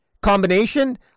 combination